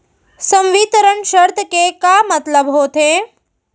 संवितरण शर्त के का मतलब होथे?